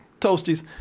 Toasties